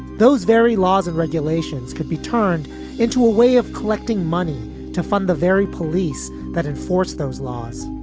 those very laws and regulations could be turned into a way of collecting money to fund the very police that enforce those laws.